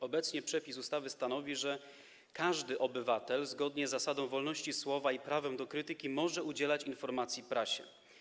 Obecnie przepis ustawy stanowi, że każdy obywatel, zgodnie z zasadą wolności słowa i prawem do krytyki, może udzielać informacji prasie.